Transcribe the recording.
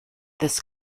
this